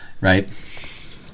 right